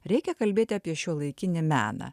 reikia kalbėti apie šiuolaikinį meną